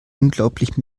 unglaublich